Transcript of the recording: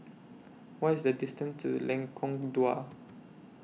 What IS The distance to Lengkong Dua